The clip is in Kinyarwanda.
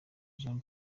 jean